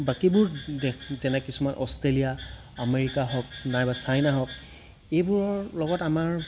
বাকীবোৰ যে যেনে কিছুমান অষ্ট্ৰেলিয়া আমেৰিকা হওক নাইবা চাইনা হওক এইবোৰৰ লগত আমাৰ